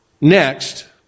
next